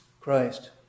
Christ